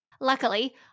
Luckily